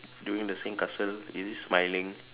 doing the sandcastle is he smiling